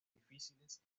difíciles